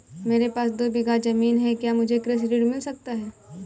मेरे पास दो बीघा ज़मीन है क्या मुझे कृषि ऋण मिल सकता है?